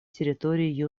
территории